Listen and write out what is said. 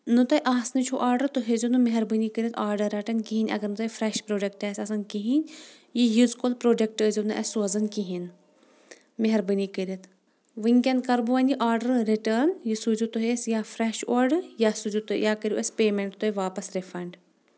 نہٕ تۄہہِ آسنٕے چھُ آرڈر تُہۍ ہیزیو نہٕ مہربٲنی کٔرتھ آرڈر رٹان کہیٖنۍ اگر نہٕ تۄہہِ فریش پروڈکٹ آسہِ آسان کہیٖنۍ یہِ یژھ کول پروڈٮ۪کٹ ٲسۍ زیو نہٕ اسہِ سوزان کہیٖنۍ مہربٲنی کٔرتھ ؤنۍکیٚن کرٕ بہٕ وۄنۍ یہِ آرڈر رٹٲرٕن یہِ سوٗزِو تُہۍ اسہِ یا فریش اورٕ یا سوٗزِو تُہۍ یا کٔرِو اسہِ پیمیٚنٹ تُہۍ واپس رِفنڈ